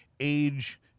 age